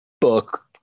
book